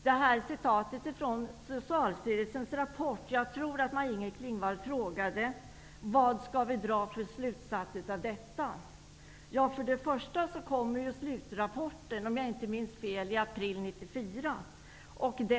Beträffande citatet från Socialstyrelsens rapport tror jag att Maj-Inger Klingvall frågade vilka slutsatser man skall dra av det. Först och främst kommer slutrapporten att läggas fram i april 1994, om jag inte minns fel.